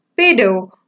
pedo